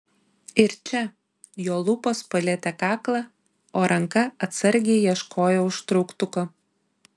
ir čia jo lūpos palietė kaklą o ranka atsargiai ieškojo užtrauktuko